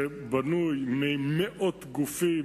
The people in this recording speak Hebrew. זה בנוי ממאות גופים,